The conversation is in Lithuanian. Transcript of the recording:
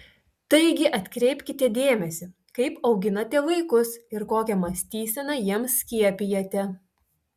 taigi atkreipkite dėmesį kaip auginate vaikus ir kokią mąstyseną jiems skiepijate